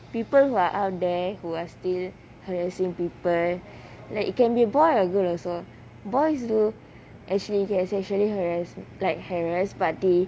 people who are out there who are still harassing people like it can be boy or girl also boys do actually can sexually harass like harrass party